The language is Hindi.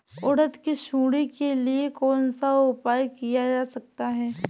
उड़द की सुंडी के लिए कौन सा उपाय किया जा सकता है?